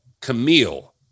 Camille